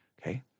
okay